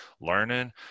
learning